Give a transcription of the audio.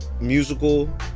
musical